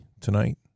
tonight